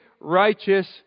righteous